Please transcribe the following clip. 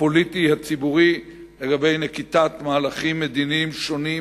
הפוליטי הציבורי לגבי נקיטת מהלכים מדיניים שונים,